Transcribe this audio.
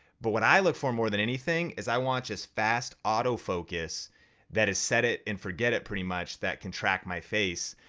but when i look for more than anything is i want just fast autofocus that is set it and forget it pretty much that can track my face.